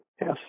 yes